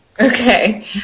Okay